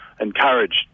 encouraged